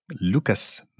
Lucas